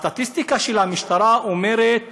הסטטיסטיקה של המשטרה אומרת